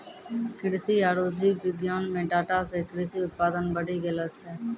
कृषि आरु जीव विज्ञान मे डाटा से कृषि उत्पादन बढ़ी गेलो छै